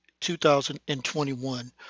2021